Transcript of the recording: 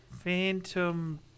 Phantom